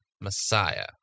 messiah